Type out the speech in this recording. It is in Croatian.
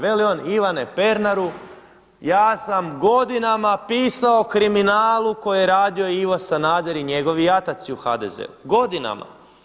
Veli on Ivane Pernaru ja sam godinama pisao o kriminalu koji je radio Ivo Sanader i njegovi jataci u HDZ-u, godinama.